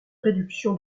réduction